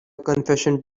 confession